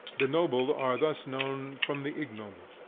the noble are thus known from the ignoble.